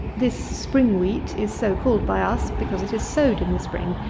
this spring wheat is so called by us, because it is sowed in the spring,